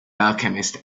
alchemist